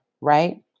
right